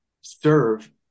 serve